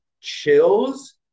chills